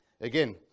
again